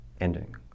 ending